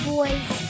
Boys